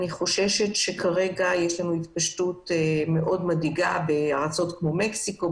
אני חוששת שכרגע יש התפשטות מאוד מדאיגה במקסיקו,